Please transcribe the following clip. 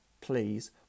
please